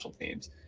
teams